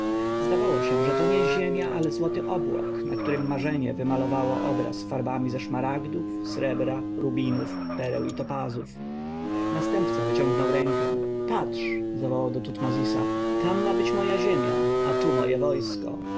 zdawało się że to nie ziemia ale złoty obłok na którym marzenie wymalowało krajobraz farbami ze szmaragdów srebra rubinów pereł i topazów następca wyciągnął rękę patrz zawołał do tutmozisa tam ma być moja ziemia a tu moje wojsko